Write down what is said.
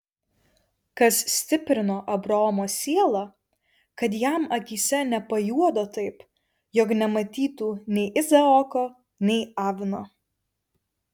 kas stiprino abraomo sielą kad jam akyse nepajuodo taip jog nematytų nei izaoko nei avino